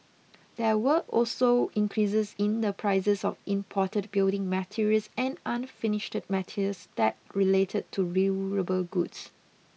there were also increases in the prices of imported building materials and unfinished metals that related to durable goods